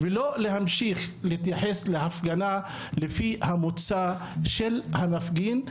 ולא להמשיך להתייחס להפגנה לפי המוצא של המפגין,